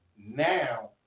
now